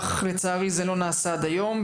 אך לצערי זה לא נעשה עד היום,